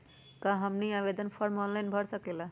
क्या हमनी आवेदन फॉर्म ऑनलाइन भर सकेला?